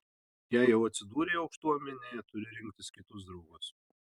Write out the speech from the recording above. jei jau atsidūrei aukštuomenėje turi rinktis kitus draugus